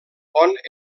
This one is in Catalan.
pont